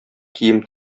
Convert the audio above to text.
кием